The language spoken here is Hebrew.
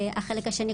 החלק השני,